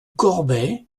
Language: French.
corbet